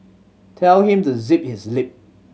tell him to zip his lip